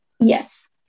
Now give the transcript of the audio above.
Yes